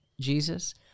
Jesus